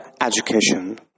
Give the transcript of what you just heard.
education